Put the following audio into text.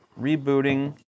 rebooting